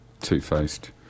two-faced